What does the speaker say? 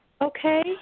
Okay